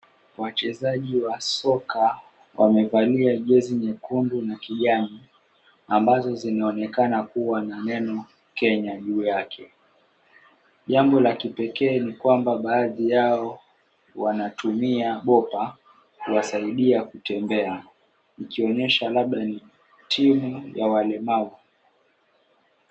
Wachezaji wa soka wamevalia jezi nyekundu na kijani, ambazo zinaonekana kuwa na neno Kenya juu yake. Jambo la kipekee ni kwamba baadhi yao wanatumia bomba kuwasaidia kutembea, ikionyesha labda ni timu ya walemavu.